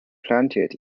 planted